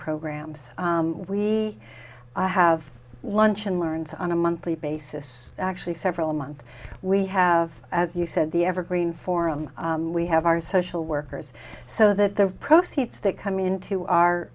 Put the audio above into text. programs we have luncheon learns on a monthly basis actually several months we have as you said the evergreen forum we have our social workers so that the proceeds that come into our